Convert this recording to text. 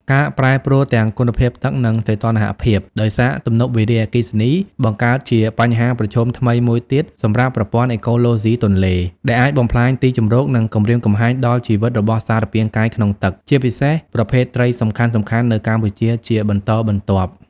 ការប្រែប្រួលទាំងគុណភាពទឹក និងសីតុណ្ហភាពដោយសារទំនប់វារីអគ្គិសនី បង្កើតជាបញ្ហាប្រឈមថ្មីមួយទៀតសម្រាប់ប្រព័ន្ធអេកូឡូស៊ីទន្លេ ដែលអាចបំផ្លាញទីជម្រក និងគំរាមកំហែងដល់ជីវិតរបស់សារពាង្គកាយក្នុងទឹក ជាពិសេសប្រភេទត្រីសំខាន់ៗនៅកម្ពុជាជាបន្តបន្ទាប់។